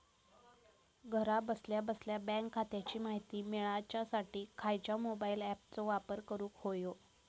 घरा बसल्या बसल्या बँक खात्याची माहिती मिळाच्यासाठी खायच्या मोबाईल ॲपाचो वापर करूक होयो?